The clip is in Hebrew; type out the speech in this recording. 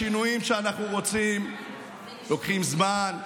השינויים שאנחנו רוצים לוקחים זמן,